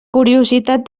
curiositat